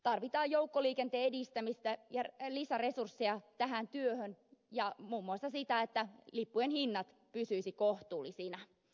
tarvitaan joukkoliikenteen edistämistä ja lisäresursseja tähän työhön ja muun muassa sitä että lippujen hinnat pysyisivät kohtuullisina